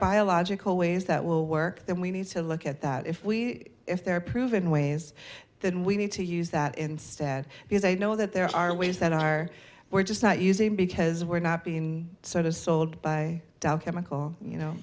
biological ways that will work then we need to look at that if we if there are proven ways then we need to use that instead because i know that there are ways that are we're just not using because we're not being sort of sold by dow chemical you know